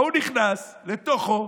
ההוא נכנס לתוכו,